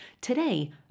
Today